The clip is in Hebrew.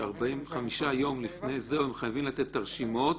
ש-45 יום לפני חייבים לתת את הרשימות,